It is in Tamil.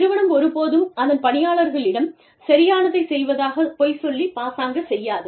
நிறுவனம் ஒருபோதும் அதன் பணியாளர்களிடம் சரியானதைச் செய்வதாகப் பொய் சொல்லி பாசாங்கு செய்யாது